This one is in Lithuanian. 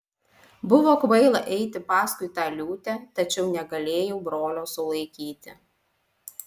buvo kvaila eiti paskui tą liūtę tačiau negalėjau brolio sulaikyti